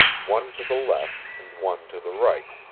one to the left and one to the right.